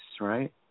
right